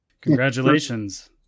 Congratulations